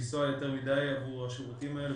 יותר מדי עבור השירותים האלה.